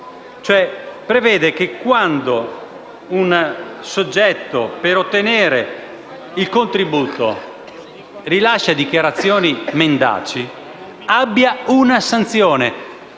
Essa prevede che, quando un soggetto, per ottenere il contributo, rilascia dichiarazioni mendaci, egli sia punito